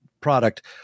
product